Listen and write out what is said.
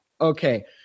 Okay